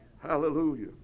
Hallelujah